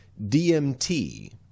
DMT